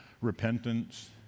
repentance